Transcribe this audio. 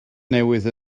newydd